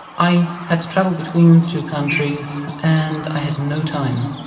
i had to travel between two countries, and i had no time.